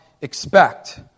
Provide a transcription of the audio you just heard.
expect